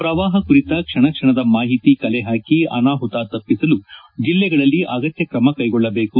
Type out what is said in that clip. ಪ್ರವಾಪ ಕುರಿತ ಕ್ಷಣ ಕ್ಷಣದ ಮಾಹಿತಿ ಕಲೆಹಾಕಿ ಅನಾಹುತ ತಪ್ಪಿಸಲು ಜಿಲ್ಲೆಗಳಲ್ಲಿ ಆಗತ್ಯ ತ್ರಮ ಕೈಗೊಳ್ಳಬೇಕು